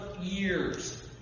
years